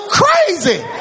crazy